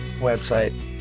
website